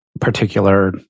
particular